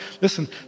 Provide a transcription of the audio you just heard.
Listen